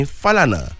falana